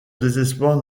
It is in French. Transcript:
désespoir